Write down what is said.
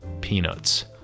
peanuts